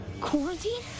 Quarantine